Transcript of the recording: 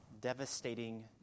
devastating